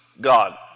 God